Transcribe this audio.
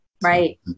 Right